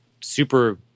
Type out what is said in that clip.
super